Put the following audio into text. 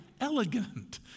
elegant